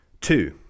Two